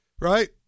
right